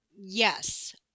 Yes